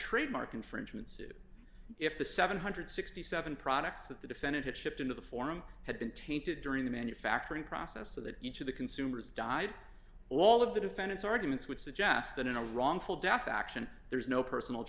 trademark infringement suit if the seven hundred and sixty seven products that the defendant had shipped into the form had been tainted during the manufacturing process so that each of the consumers died all of the defendants arguments which suggest that in a wrongful death action there is no personal